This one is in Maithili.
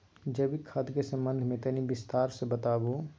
जैविक खाद के संबंध मे तनि विस्तार स बताबू?